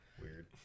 Weird